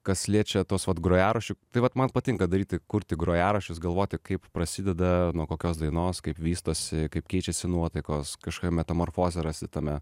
kas liečia tuos vat grojaraščių tai vat man patinka daryti kurti grojaraščius galvoti kaip prasideda nuo kokios dainos kaip vystosi kaip keičiasi nuotaikos kažkokią metamorfozę rasti tame